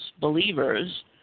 believers